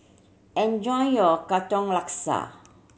enjoy your Katong Laksa